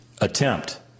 Attempt